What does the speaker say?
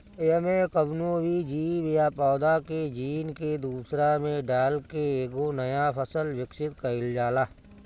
एमे कवनो भी जीव या पौधा के जीन के दूसरा में डाल के एगो नया फसल विकसित कईल जाला